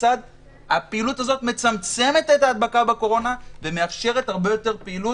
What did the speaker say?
כיצד הפעילות הזאת מצמצמת את ההדבקה בקורונה ומאפשרת הרבה יותר פעילות.